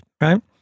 right